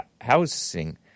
housing